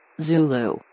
Zulu